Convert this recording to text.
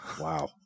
Wow